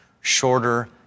Shorter